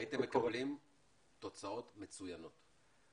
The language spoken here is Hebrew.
הייתם מקבלים תוצאות מצוינות.